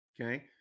okay